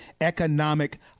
economic